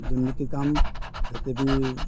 ଦୁର୍ନୀତି କାମ ହେତେ ବି